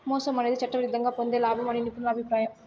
మోసం అనేది చట్టవిరుద్ధంగా పొందే లాభం అని నిపుణుల అభిప్రాయం